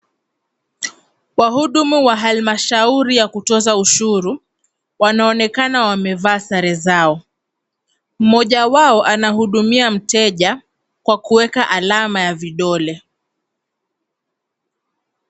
Wahudumu wa almashauri ya kutoza ushuru, wanaonekana wamevaa sare zao. Mmoja wao anahudumia mteja kwa kuweka alama ya vidole.